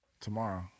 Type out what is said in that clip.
Tomorrow